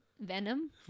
Venom